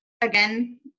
again